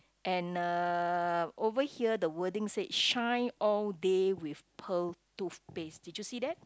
and uh over here the wording said shine all day with pearl toothpaste did you see that